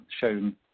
shown